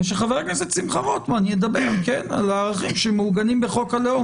וחבר הכנסת שמחה רוטמן ידבר על הערכים שמעוגנים בחוק הלאום,